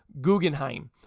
Guggenheim